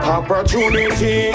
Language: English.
Opportunity